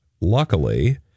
luckily